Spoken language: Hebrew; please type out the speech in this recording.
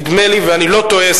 ואני לא טועה,